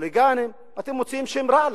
חוליגנים, אתם מוציאים שם רע לחוליגנים,